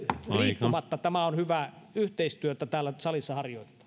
riippumatta on hyvä harjoittaa yhteistyötä täällä salissa